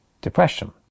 depression